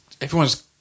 everyone's